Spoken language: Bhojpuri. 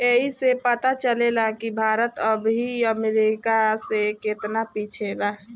ऐइसे पता चलेला कि भारत अबही अमेरीका से केतना पिछे बा